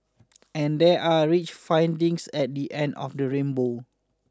and there are rich findings at the end of the rainbow